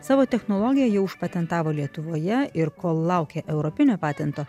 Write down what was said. savo technologiją jau užpatentavo lietuvoje ir kol laukia europinio patento